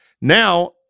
Now